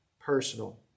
personal